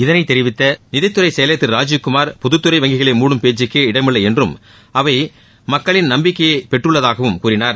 இதனை தெரிவித்த நிதித்துறைச் செயலர் திரு ராஜீவ்குமார் பொதத்தறை வங்கிகளை முடும் பேச்சுக்கே இடமில்லை என்றும் அவை மக்களின் நம்பிக்கையை பெற்றுள்ளதாகவும் கூறினார்